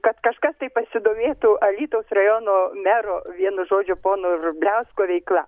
kad kažkas tai pasidomėtų alytaus rajono mero vienu žodžiu pono rubliausko veikla